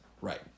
Right